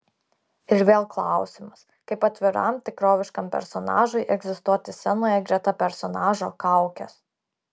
ir vėl klausimas kaip atviram tikroviškam personažui egzistuoti scenoje greta personažo kaukės